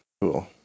cool